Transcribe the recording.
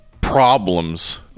problems